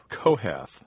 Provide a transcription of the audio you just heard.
Kohath